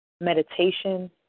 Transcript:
meditation